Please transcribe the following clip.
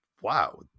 wow